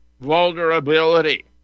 vulnerability